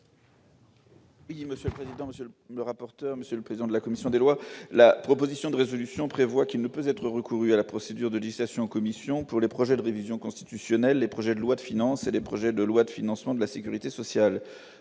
Oui, monsieur le président, monsieur le rapporteur, monsieur le président de la commission des lois, la proposition de résolution prévoit qu'il ne peut être recouru à la procédure de 10 stations commission pour le projet de révision constitutionnelle, les projets de loi de financer et des projets de loi de financement de la Sécurité sociale,